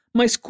mas